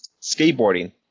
skateboarding